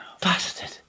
Bastard